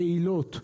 פעילות,